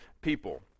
people